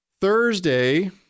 Thursday